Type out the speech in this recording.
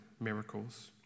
miracles